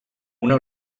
una